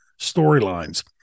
storylines